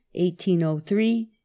1803